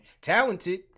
Talented